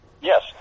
Yes